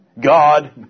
God